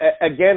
Again